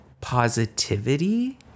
Positivity